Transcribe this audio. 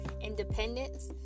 independence